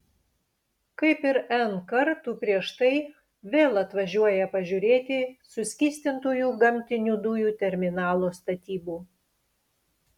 kaip ir n kartų prieš tai vėl atvažiuoja pažiūrėti suskystintųjų gamtinių dujų terminalo statybų